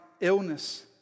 illness